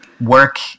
work